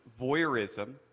voyeurism